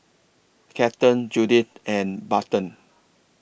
Kathern Judith and Barton